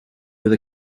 with